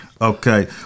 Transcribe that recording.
Okay